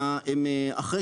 אחרי